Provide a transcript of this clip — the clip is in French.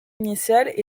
initiale